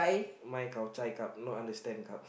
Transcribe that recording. mai kap cai kap no understand kap